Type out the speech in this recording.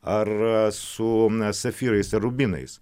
ar su safyrais ar rubinais